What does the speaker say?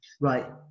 Right